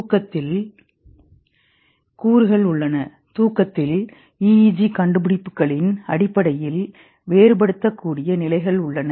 தூக்கத்தில் கூறுகள் உள்ளன தூக்கத்தில் EEG கண்டுபிடிப்புகளின் அடிப்படையில் வேறுபடுத்தக்கூடிய நிலைகள் உள்ளன